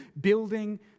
building